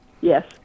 Yes